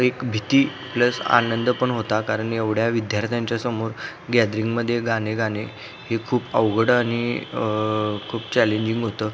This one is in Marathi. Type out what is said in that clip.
एक भीती प्लस आनंद पण होता कारण एवढ्या विद्यार्थ्यांच्या समोर गॅदरिंगमध्ये गाणे गाणे हे खूप अवघड आणि खूप चॅलेंजिंग होतं